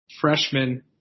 freshman